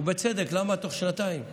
בצדק, למה תוך שנתיים?